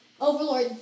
Overlord